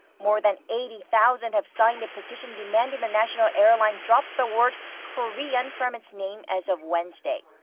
more than eighty thousand have signed a petition demanding the national airline drop the word korean from its name as of wednesday.